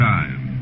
Time